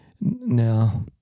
Now